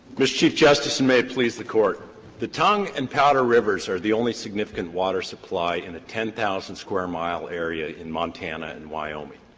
mr. chief justice, and may it please the court the tongue and powder rivers are the only significant water supply in a ten thousand square mile area in montana and wyoming,